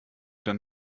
dann